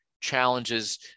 challenges